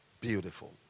Beautiful